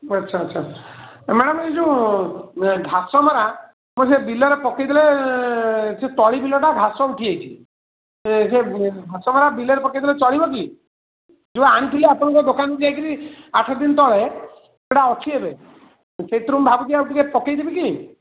ଆଚ୍ଛା ଆଚ୍ଛା ମ୍ୟାଡ଼ାମ୍ ଏଇ ଯେଉଁ ଘାସମରା ମୁଁ ସେଇ ବିଲରେ ପକେଇଦେଲେ ସେ ତଳି ବିଲଟା ଘାସ ଉଠିଯାଇଛି ସେ ଯେଉଁ ଘାସମରା ବିଲରେ ପକେଇଲେ ଚଳିବ କି ଯେଉଁ ଆଣିଥିଲି ଆପଣଙ୍କ ଦୋକାନରୁ ଯାଇକରି ଆଠ ଦିନ୍ ତଳେ ଇ ସେଇଟା ଅଛି ଏବେ ସେଥିରୁ ମୁଁ ଭାବୁଛି ଆଉ ଟିକିଏ ପକେଇଦେବି କି